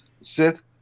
Sith